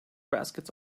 baskets